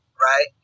right